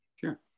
Sure